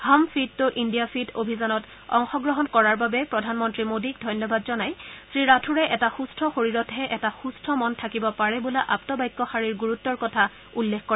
হম fit টো India fit অভিযানত অংশগ্ৰহণ কৰাৰ বাবে প্ৰধানমন্ত্ৰী মোদীক ধন্যবাদ জনাই শ্ৰীৰাথোৰে এটা সুস্থ শৰীৰতহে এটা সুস্থ মন থাকিব পাৰে বোলা আপ্তবাক্যষাৰিৰ গুৰুত্বৰ কথা উল্লেখ কৰে